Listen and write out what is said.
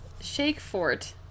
Shakefort